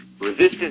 Resistance